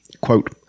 Quote